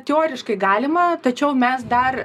teoriškai galima tačiau mes dar